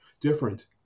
different